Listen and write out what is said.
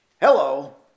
hello